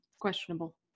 questionable